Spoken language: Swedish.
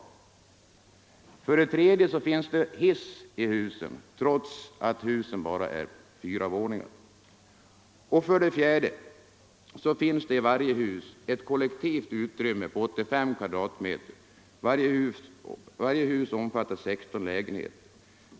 För det tredje finns det hiss i husen, trots att dessa bara har fyra våningar. För det fjärde finns det ett kollektivt utrymme på ca 85 m". Varje hus omfattar 16 lägenheter.